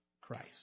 Christ